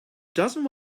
doesn’t